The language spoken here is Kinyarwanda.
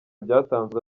byatanzwe